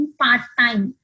part-time